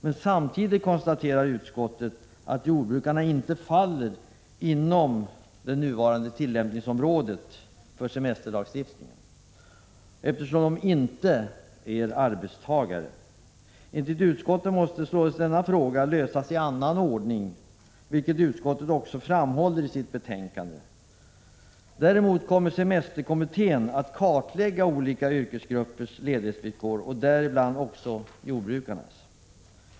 Men samtidigt konstaterar utskottet att jordbrukarna inte faller inom det nuvarande tillämpningsområdet för semesterlagstiftningen, eftersom de inte är arbetstagare. Enligt utskottet måste således denna fråga lösas i annan ordning, vilket utskottet också framhåller i sitt betänkande. Däremot kommer semesterkommittén att kartlägga olika yrkesgruppers ledighetsvillkor, däribland också jordbrukarnas.